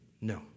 No